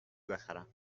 بخرم